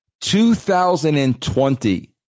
2020